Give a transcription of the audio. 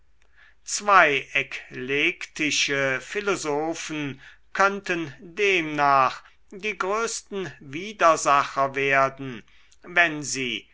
zwei eklektische philosophen könnten demnach die größten widersacher werden wenn sie